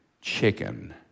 chicken